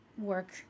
work